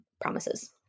promises